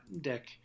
deck